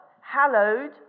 hallowed